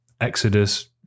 exodus